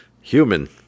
human